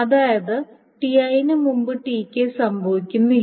അതായത് Ti ന് മുമ്പ് Tk സംഭവിക്കുന്നില്ല